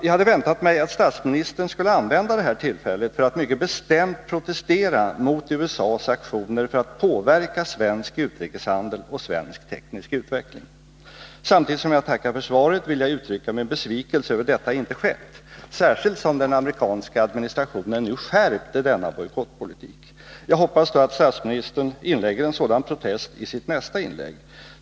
Jag hade väntat mig att statsministern skulle använda det här tillfället för att mycket bestämt protestera mot USA:s aktioner för att påverka svensk utrikeshandel och svensk teknisk utveckling. Samtidigt som jag tackar för svaret vill jag uttrycka min besvikelse över att detta inte har skett, särskilt som den amerikanska administrationen nu har skärpt denna bojkottpolitik. Jag hoppas då att statsministern framför en sådan protest i sitt nästa inlägg.